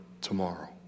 tomorrow